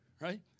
Right